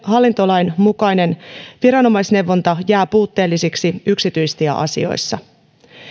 hallintolain mukainen viranomaisneuvonta jää puutteelliseksi yksityistieasioissa